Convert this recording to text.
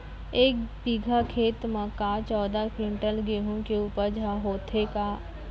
एक बीघा खेत म का चौदह क्विंटल गेहूँ के उपज ह होथे का?